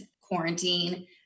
quarantine